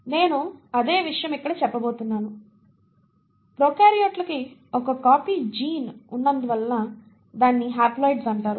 నేను అదే విషయం ఇక్కడ చెప్పబోతున్నాను ప్రోకార్యోట్లు కి ఒక కాపీ జీన్ ఉన్నందున దానిని హాప్లోయిడ్స్ అంటారు